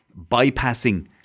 bypassing